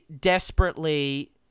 desperately